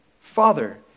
Father